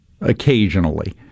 occasionally